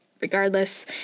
regardless